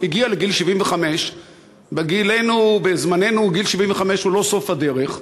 הגיע לגיל 75. בזמננו גיל 75 הוא לא סוף הדרך,